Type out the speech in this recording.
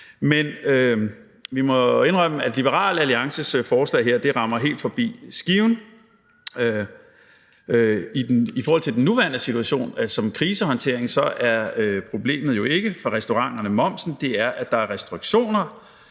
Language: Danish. Men vi må jo indrømme, at Liberal Alliances forslag her rammer helt forbi skiven. I forhold til den nuværende situation, altså som krisehåndtering, så er problemet for restauranterne jo ikke momsen, men det er, at der er restriktioner,